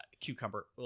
cucumber